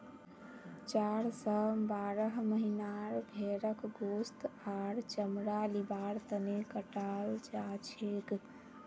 चार स बारह महीनार भेंड़क गोस्त आर चमड़ा लिबार तने कटाल जाछेक